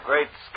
Great